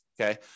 okay